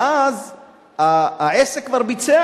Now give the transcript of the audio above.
ואז העסק כבר ביצע